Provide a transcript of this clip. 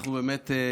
אנחנו באמת פתחנו